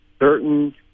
certain